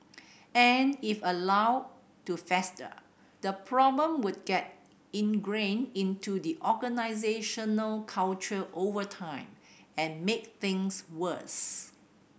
and if allowed to fester the problem would get ingrained into the organisational culture over time and make things worse